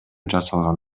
жасалган